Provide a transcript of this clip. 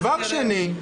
נכון.